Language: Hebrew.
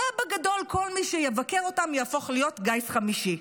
ובגדול, כל מי שיבקר אותם יהפוך להיות גיס חמישי.